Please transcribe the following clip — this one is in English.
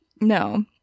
No